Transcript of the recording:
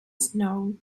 snow